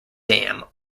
dam